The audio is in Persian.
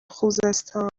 خوزستان